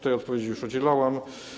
Tej odpowiedzi już udzielałem.